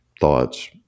thoughts